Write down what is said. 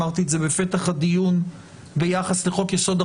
אמרתי את זה בפתח הדיון ביחס לחוק יסוד: